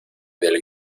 del